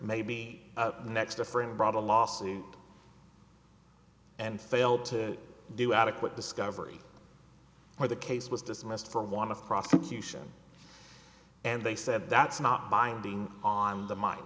maybe up next a friend brought a lawsuit and failed to do adequate discovery or the case was dismissed for want of prosecution and they said that's not binding on the min